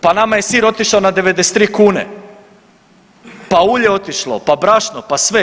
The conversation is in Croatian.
Pa nama je sir otišao na 93 kune, pa ulje je otišlo, pa brašno, pa sve.